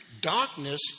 Darkness